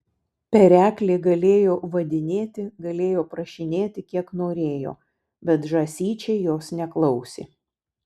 pereklė galėjo vadinėti galėjo prašinėti kiek norėjo bet žąsyčiai jos neklausė